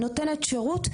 נותנת שירות,